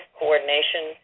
coordination